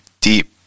deep